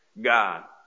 God